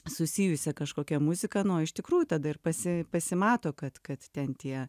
susijusią kažkokią muziką nu o iš tikrųjų tada ir pasi pasimato kad kad ten tie